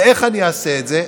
ואיך אני אעשה זאת?